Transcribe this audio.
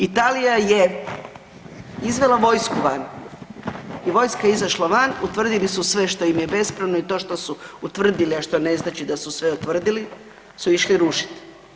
Italija je izvela vojsku van i vojska je izašla van, utvrdili su sve što im je bespravno i to što su utvrdili, a što ne znači da su sve utvrdili su išli rušiti.